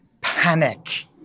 panic